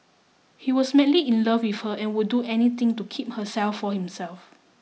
he was madly in love with her and would do anything to keep herself for himself